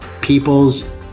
people's